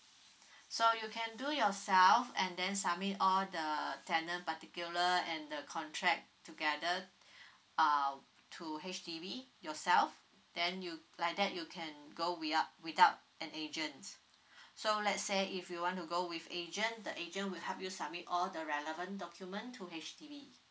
so you can do yourself and then submit all the the tenant particular and the contract together uh to H_D_B yourself then you like that you can go without without an agent so let's say if you want to go with agent the agent will help you submit all the relevant document to H_D_B